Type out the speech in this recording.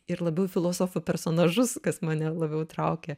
ir labiau filosofų personažus kas mane labiau traukė